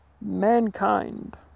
mankind